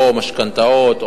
או המשכנתאות,